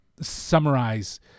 summarize